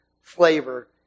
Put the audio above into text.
flavor